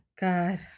God